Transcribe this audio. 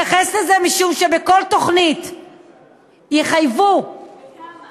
הוא מתייחס לזה, משום שבכל תוכנית יחייבו, בכמה?